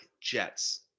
jets